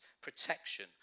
protection